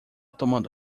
tomando